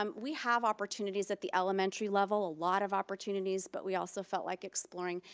um we have opportunities at the elementary level. a lot of opportunities, but we also felt like exploring,